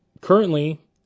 currently